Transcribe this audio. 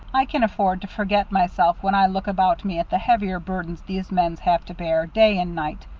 i can afford to forget myself when i look about me at the heavier burdens these men have to bear, day and night.